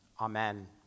Amen